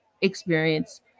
experience